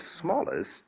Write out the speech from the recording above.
smallest